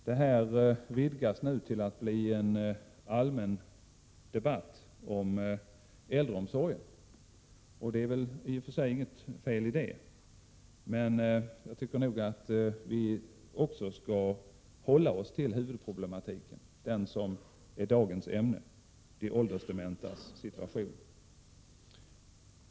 Nu vidgas det hela till att bli en allmän debatt om äldreomsorgen, och det är väl i och för sig inget fel i det, men jag tycker att vi skall hålla oss till huvudproblematiken, det som är dagens ämne: de åldersdementas situation.